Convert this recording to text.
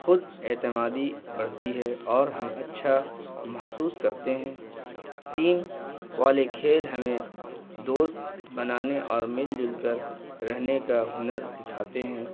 خود اعتمادی بڑھتی ہے اور ہم اچھا محسوس کرتے ہیں ٹیم والے کھیل ہمیں دوست بنانے اور مل جل کر رہنے کا ہنر سکھاتے ہیں